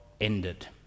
ended